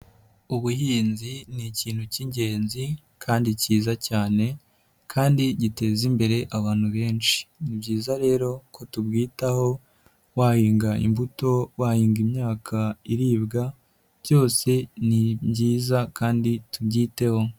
Ubuhinzi ni ikintu cy'ingenzi kandi cyiza cyane kandi giteza imbere abantu benshi, ni byiza rero ko tubwitaho, wahinga imbuto, wahinga imyaka iribwa, byose ni byiza kandi tubyiteho.